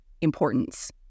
importance